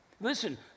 listen